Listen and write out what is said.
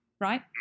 right